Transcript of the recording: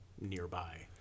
nearby